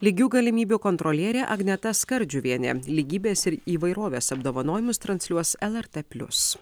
lygių galimybių kontrolierė agneta skardžiuvienė lygybės ir įvairovės apdovanojimus transliuos lrt plius